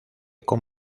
con